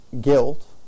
guilt